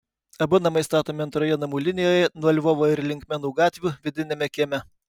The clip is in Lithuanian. abu namai statomi antroje namų linijoje nuo lvovo ir linkmenų gatvių vidiniame kieme